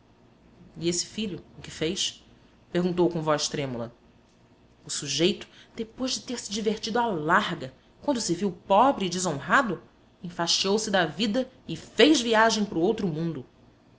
e esse filho o que fez perguntou com voz trêmula o sujeito depois de ter-se divertido à larga quando se viu pobre e desonrado enfastiou se da vida e fez viagem para o outro mundo